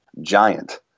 giant